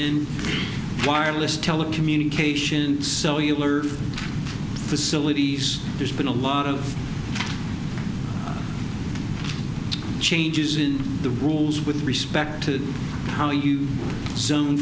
in wireless telecommunications cellular facilities there's been a lot of changes in the rules with respect to how you so